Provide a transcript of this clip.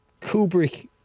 Kubrick